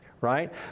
right